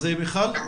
מיכל,